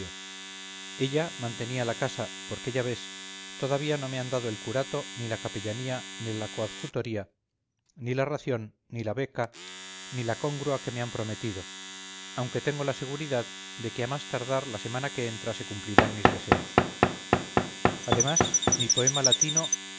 ella mantenía la casa porque ya ves todavía no me han dado el curato ni la capellanía ni la coadjutoría ni la ración ni la beca ni la congrua que me han prometido aunque tengo la seguridad de que a más tardar la semana que entra se cumplirán mis deseos además mi poema latino